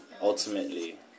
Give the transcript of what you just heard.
ultimately